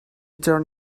turn